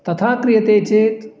तथा क्रियते चेत्